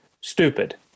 stupid